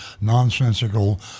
nonsensical